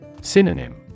Synonym